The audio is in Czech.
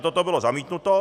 Toto bylo zamítnuto.